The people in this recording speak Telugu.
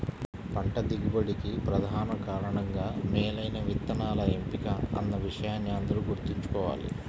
పంట దిగుబడికి ప్రధాన కారణంగా మేలైన విత్తనాల ఎంపిక అన్న విషయాన్ని అందరూ గుర్తుంచుకోవాలి